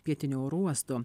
pietinio oro uosto